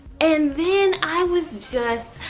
and then i was just.